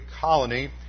colony